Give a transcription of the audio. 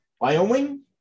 Wyoming